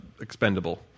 expendable